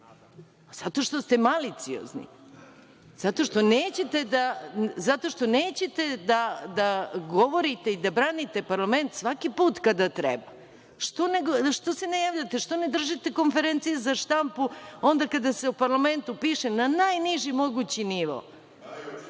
zato što ste maliciozni, zato što nećete da govorite i branite parlament svaki put kada treba. Što se ne javljate, što ne držite konferencije za štampu kada se o parlamentu piše na najniži mogući